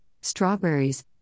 strawberries